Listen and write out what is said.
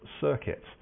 circuit